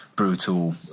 brutal